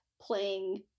playing